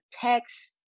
text